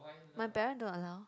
my parent don't allow